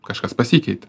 kažkas pasikeitė